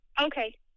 Okay